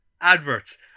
adverts